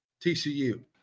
TCU